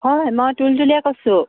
হয় হয় মই তুুলতুলীয়ে কৈছোঁ